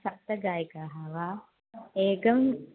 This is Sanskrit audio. सप्तगायकाः वा एकः